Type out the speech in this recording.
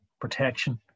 protection